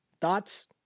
Thoughts